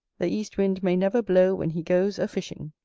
the east wind may never blow when he goes a-fishing.